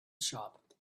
shop